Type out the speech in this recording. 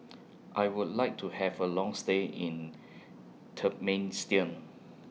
I Would like to Have A Long stay in Turkmenistan